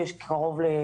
מה היתרונות